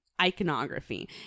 Iconography